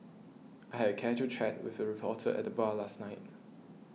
I had a casual chat with a reporter at the bar last night